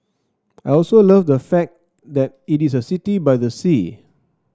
I also love the fact that it is a city by the sea